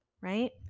Right